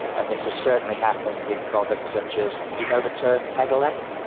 and this has certainly happened in products such as, you know the term pedelec?